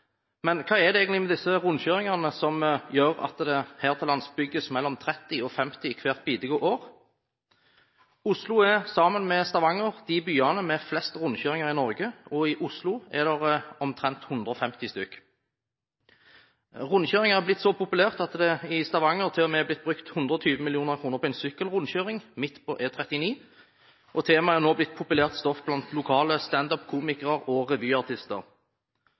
Men hva er det egentlig med disse rundkjøringene som gjør at det her til lands bygges mellom 30 og 50 hvert bidige år? Oslo sammen med Stavanger er de byene med flest rundkjøringer i Norge, og i Oslo er det omtrent 150 stykker. Rundkjøringer er blitt så populært at det i Stavanger til og med er blitt brukt 120 mill. kr på en sykkelrundkjøring, midt på E39, og temaet er nå blitt populært stoff blant lokale standupkomikere og revyartister.